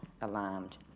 alarmed